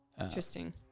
Interesting